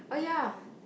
oh yeah